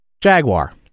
Jaguar